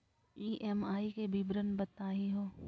EMI के विवरण बताही हो?